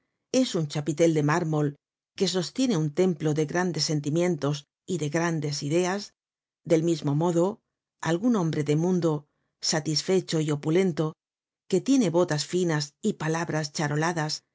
es un chapitel de mármol que sostiene un templo de grandes sentimientos y de grandes ideas del mismo modo algun hombre de mundo satisfecho y opulento que tiene botas finas y palabras charoladas